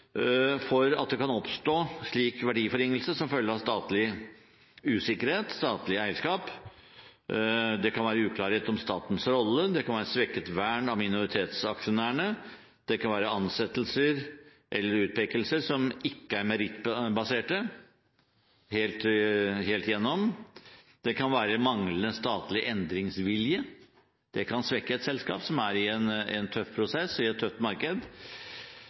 for at det kan oppstå slik verdiforringelse som følge av statlig usikkerhet – statlig eierskap. Det kan være uklarhet om statens rolle, det kan være svekket vern av minoritetsaksjonærene, det kan være ansettelser eller utpekelser som ikke er merittbaserte helt igjennom. Det kan være manglende statlig endringsvilje, og det kan svekke et selskap som er i en tøff prosess og i et tøft marked.